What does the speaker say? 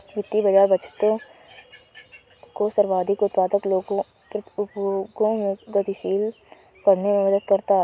वित्तीय बाज़ार बचतों को सर्वाधिक उत्पादक उपयोगों में गतिशील करने में मदद करता है